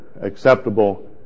acceptable